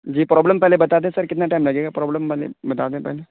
جی problem پہلے بتا دیں سر کتنا ٹائم لگے گا پروبلم پہلے بتا دیں پہلے